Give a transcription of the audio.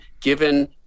given